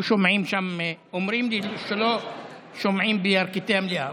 אומרים לי שלא שומעים בירכתי המליאה.